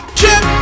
chip